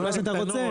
זה מה שאתה רוצה?